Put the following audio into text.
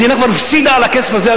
המדינה כבר הפסידה על הכסף הזה,